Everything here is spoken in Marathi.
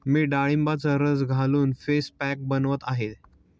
मी डाळिंबाचा रस घालून फेस पॅक बनवत आहे